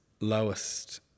lowest